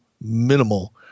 minimal